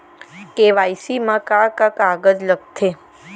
KYC मा का का कागज लगथे?